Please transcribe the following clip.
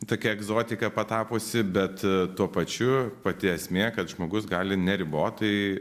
tokia egzotika patapusi bet tuo pačiu pati esmė kad žmogus gali neribotai